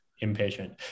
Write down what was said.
impatient